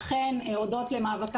אכן הודות למאבק